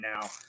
Now